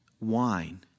wine